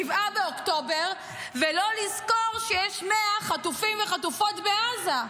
באוקטובר ולא לזכור שיש 100 חטופים וחטופות בעזה?